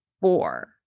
four